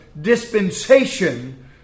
dispensation